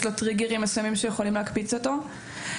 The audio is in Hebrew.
לו טריגרים מסוימים שיכולים להקפיץ אותו,